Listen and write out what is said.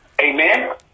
Amen